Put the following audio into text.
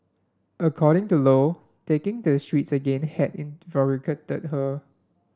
according to Lo taking to the streets again had invigorated her